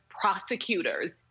prosecutors